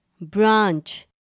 branch